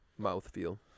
mouthfeel